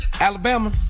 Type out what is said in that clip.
Alabama